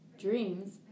Dreams